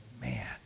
man